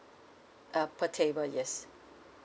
uh per table yes